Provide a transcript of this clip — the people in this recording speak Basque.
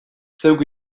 zeuk